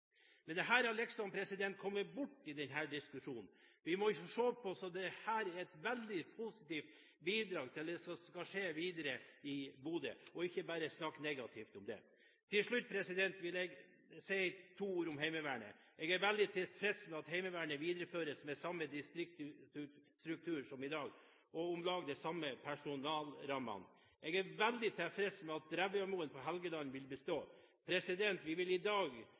Men dette har liksom kommet bort i diskusjonen. Vi må se på dette som et veldig positivt bidrag til det som skal skje videre i Bodø, og ikke bare snakke negativt om det. Til slutt vil jeg si to ord om Heimevernet. Jeg er veldig tilfreds med at Heimevernet videreføres med samme distriktsstruktur som i dag, og med om lag de samme personalrammer. Jeg er veldig tilfreds med at Drevjamoen på Helgeland vil bestå. Vi vil i dag